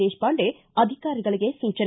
ದೇಶಪಾಂಡೆ ಅಧಿಕಾರಿಗಳಿಗೆ ಸೂಚನೆ